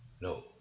no